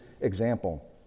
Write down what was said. example